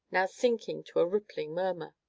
now sinking to a rippling murmur